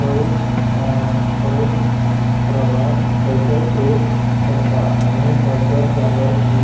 पयस पयस प्रवास पयशे सेव करतां आनी बजट जालो की